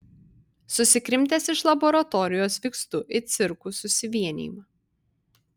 susikrimtęs iš laboratorijos vykstu į cirkų susivienijimą